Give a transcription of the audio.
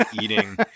eating